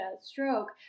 stroke